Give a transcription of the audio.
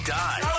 die